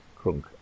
crunk